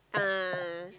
ah